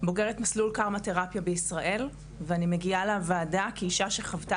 בוגרת מסלול קארמה תרפיה בישראל ומגיעה לוועדה כאישה שחוותה